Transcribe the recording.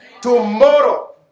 Tomorrow